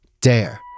Dare